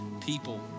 people